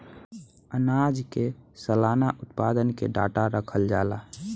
आनाज के सलाना उत्पादन के डाटा रखल जाला